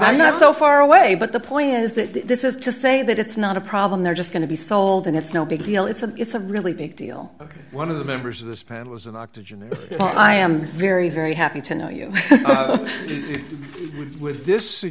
i'm not so far away but the point is that this is to say that it's not a problem they're just going to be sold and it's no big deal it's a it's a really big deal one of the members of this panel was an octogenarian i am very very happy to know you with this